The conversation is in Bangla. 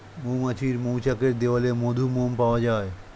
মৌমাছির মৌচাকের দেয়ালে মধু, মোম পাওয়া যায়